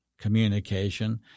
communication